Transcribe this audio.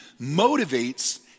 motivates